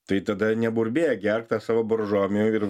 tai tada neburbėk gerk tą savo boržomi ir